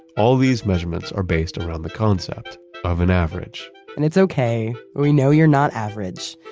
all these measurements are based around the concept of an average and it's okay, we know you're not average.